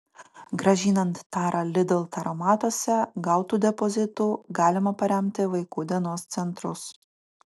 grąžinant tarą lidl taromatuose gautu depozitu galima paremti vaikų dienos centrus